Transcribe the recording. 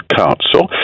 council